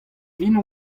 vihan